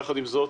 יחד עם זאת,